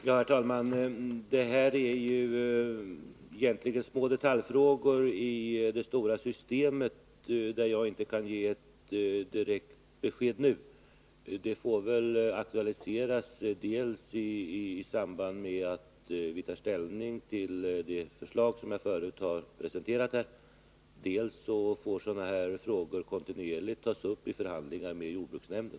Herr talman! Det här är ju egentligen små detaljfrågor i det stora systemet, där jag inte kan ge ett direkt besked nu. Dels får väl detta aktualiseras i samband med att vi tar ställning till det förslag jag förut har presenterat här, dels får sådana här frågor kontinuerligt tas upp i förhandlingar med jordbruksnämnden.